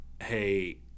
hey